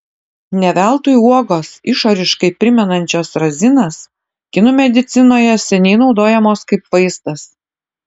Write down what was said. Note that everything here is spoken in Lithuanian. ne veltui uogos išoriškai primenančios razinas kinų medicinoje seniai naudojamos kaip vaistas